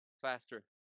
faster